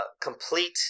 complete